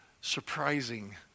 surprising